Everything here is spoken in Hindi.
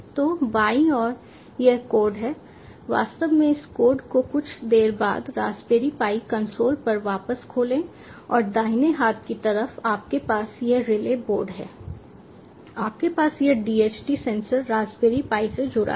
तो बाईं ओर यह कोड है वास्तव में इस कोड को कुछ देर बाद रास्पबेरी पाई कंसोल पर वापस खोलें और दाहिने हाथ की तरफ आपके पास यह रिले बोर्ड है आपके पास यह DHT सेंसर रास्पबेरी पाई से जुड़ा है